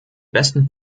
besten